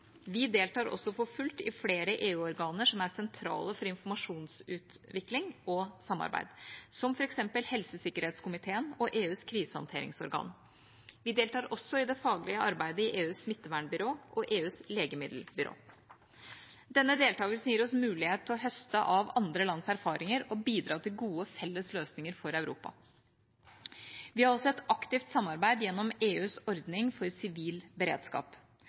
Vi deltar også for fullt i flere EU-organer som er sentrale for informasjonsutvikling og -samarbeid, som f.eks. Helsesikkerhetskomiteen og EUs krisehåndteringsorgan. Vi deltar også i det faglige arbeidet i EUs smittevernbyrå og EUs legemiddelbyrå. Denne deltakelsen gir oss mulighet til å høste av andre lands erfaringer og bidrar til gode felles løsninger for Europa. Vi har også et aktivt samarbeid gjennom EUs ordning for sivil beredskap.